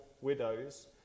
widows